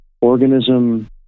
organism